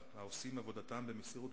בהתאם לחופש הביטוי,